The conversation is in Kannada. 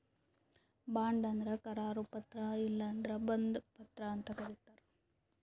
ಬಾಂಡ್ ಅಂದ್ರ ಕರಾರು ಪತ್ರ ಇಲ್ಲಂದ್ರ ಬಂಧ ಪತ್ರ ಅಂತ್ ಕರಿತಾರ್